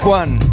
one